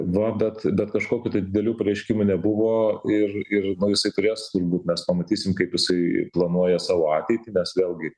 va bet bet kažkokių tai didelių pareiškimų nebuvo ir ir jisai turės turbūt mes pamatysim kaip jisai planuoja savo ateitį nes vėlgi